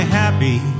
happy